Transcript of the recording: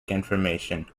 information